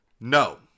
no